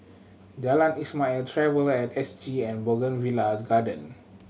Jalan Ismail Traveller At S G and Bougainvillea Garden